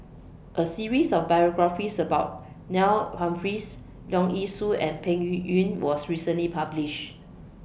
A series of biographies about Neil Humphreys Leong Yee Soo and Peng Yuyun was recently published